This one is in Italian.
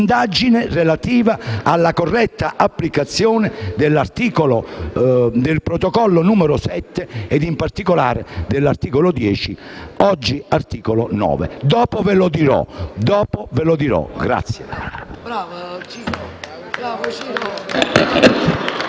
indagine relativa alla corretta applicazione del citato Protocollo n. 7, in particolare dell'ex articolo 10, oggi articolo 9. Dopo ve lo dirò.